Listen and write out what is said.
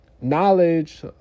knowledge